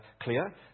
clear